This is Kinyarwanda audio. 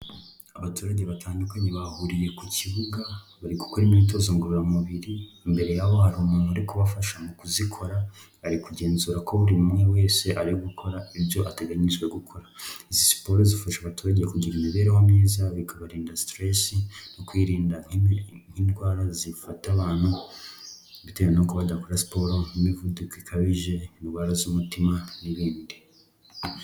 Abaturage batandukanye bahuriye ku kibuga, bari gukora imyitozo ngororamubiri, imbere yabo hari umuntu uri kubafasha, mu kuzikora, ari kugenzura ko buri umwe wese ari gukora ibyo ateganyijwe gukora, izi siporo zifasha abaturage kugira imibereho myiza, bikabarinda stress, no kwirinda nk'indwara zifata abantu, bitewe nuo badakora siporo nk'imivuduko ikabije, indwara z'umutima, n'ibindi.